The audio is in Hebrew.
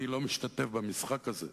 אני לא משתתף במשחק הזה,